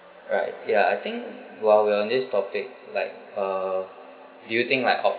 right ya I think while we are on this topic like uh do you think like